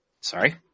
sorry